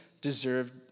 deserved